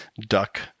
duck